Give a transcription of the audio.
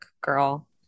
girl